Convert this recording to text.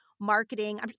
marketing